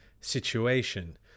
situation